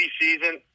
season